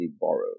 borrowed